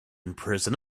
imprison